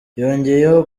yongeyeho